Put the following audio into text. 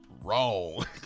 Wrong